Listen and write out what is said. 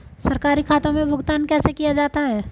सरकारी खातों में भुगतान कैसे किया जाता है?